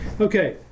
Okay